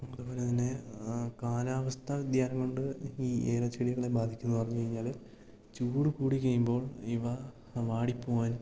അതുപോലെ തന്നെ കാലാവസ്ഥാ വ്യതിയാനം കൊണ്ട് ഈ ഏലച്ചെടികളെ ബാധിക്കുന്നത് പറഞ്ഞു കഴിഞ്ഞാല് ചൂട് കൂടി കഴിയുമ്പോൾ ഇവ വാടിപ്പോവാൻ